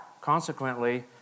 consequently